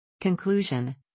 Conclusion